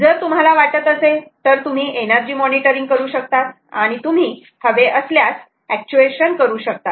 जर तुम्हाला वाटत असेल तर तुम्ही एनर्जी मॉनिटरिंग करू शकतात आणि तुम्ही हवे असल्यास ऍकटुअशन करू शकतात